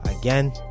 again